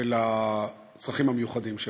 ולצרכים המיוחדים שלהם.